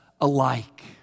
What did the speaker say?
alike